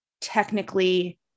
technically